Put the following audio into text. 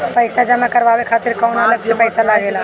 पईसा जमा करवाये खातिर कौनो अलग से पईसा लगेला?